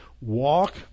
walk